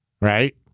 right